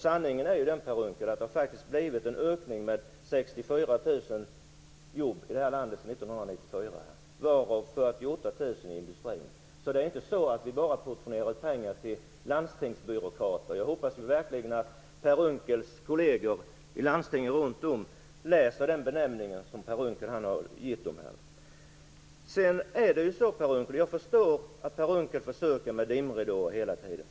Sanningen är den, Per Unckel, att det faktiskt har blivit en ökning med 64 000 jobb i landet sedan 1994, varav 48 000 i industrin. Det är inte så att vi bara portionerar ut pengar till landstingsbyråkrater. Jag hoppas verkligen att Per Unckels kolleger i landsting runt om i landet läser den benämning som Per Unckel har gett dem. Jag förstår att Per Unckel försöker med dimridåer hela tiden.